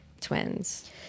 twins